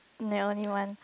and the only one